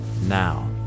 now